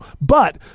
But-